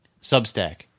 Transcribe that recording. Substack